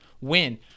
win